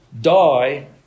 die